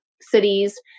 cities